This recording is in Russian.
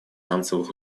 финансовых